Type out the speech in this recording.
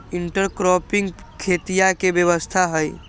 intercropping खेतीया के व्यवस्था हई